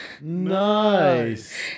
Nice